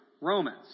Romans